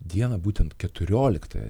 dieną būtent keturioliktąją